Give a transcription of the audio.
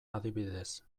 adibidez